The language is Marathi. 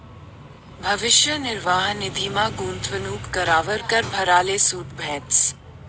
भविष्य निर्वाह निधीमा गूंतवणूक करावर कर भराले सूट भेटस